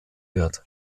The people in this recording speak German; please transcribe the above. wird